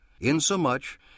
insomuch